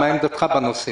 מה עמדתך בנושא?